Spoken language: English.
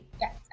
Yes